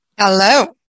Hello